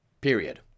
Period